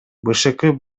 бшк